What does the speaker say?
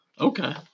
Okay